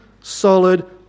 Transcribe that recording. solid